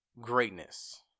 greatness